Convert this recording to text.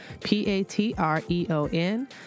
p-a-t-r-e-o-n